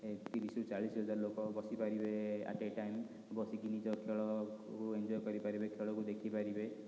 ତିରିଶରୁ ଚାଳିଶ ହଜାର ଲୋକ ବସିପାରିବେ ଆଟ୍ ଏ ଟାଇମ୍ ବସିକି ନିଜ ଖେଳକୁ ଏଞ୍ଜୟ୍ କରିପାରିବେ ଖେଳକୁ ଦେଖିପାରିବେ